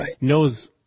knows